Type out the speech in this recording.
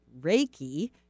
Reiki